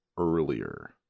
earlier